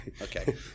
okay